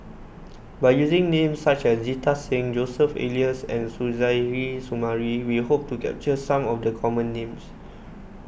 by using names such as Jita Singh Joseph Elias and Suzairhe Sumari we hope to capture some of the common names